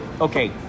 okay